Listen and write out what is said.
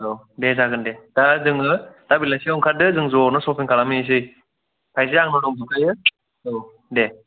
आव दे जागोन दे दा जोङो दा बेलासिआव आंखारदो जों जनो सपिं खालामहैनोसै आयजोआ आंनाव दंफैखायो आव दे